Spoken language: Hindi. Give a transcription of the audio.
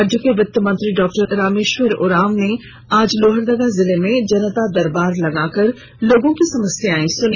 राज्य के वित्तमंत्री डाक्टर रमेश्वर उरांव ने आज लोहरदगा जिले में जनता दरबार लगाकर लोगों की समस्यायें सुनी